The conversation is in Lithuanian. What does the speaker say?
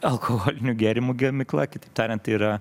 alkoholinių gėrimų gamykla kitaip tariant tai yra